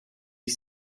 ich